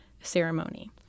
ceremony